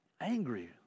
Angry